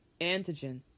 antigen